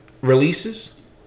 releases